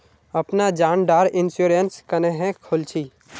अपना जान डार इंश्योरेंस क्नेहे खोल छी?